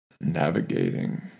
navigating